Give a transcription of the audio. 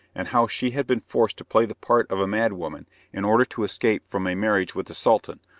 and how she had been forced to play the part of a mad woman in order to escape from a marriage with the sultan,